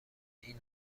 این